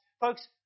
Folks